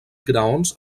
graons